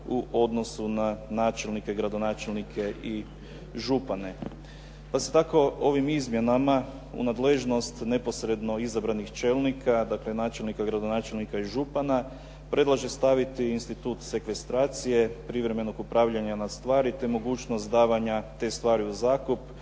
u odnosu na načelnike, gradonačelnike i župane. Pa se tako ovim izmjenama u nadležnost neposredno izabranih čelnika, dakle načelnika, gradonačelnika i župana predlaže staviti institut sekvestracije privremenog upravljanja na stvari te mogućnost davanja te stvari u zakup